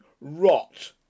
rot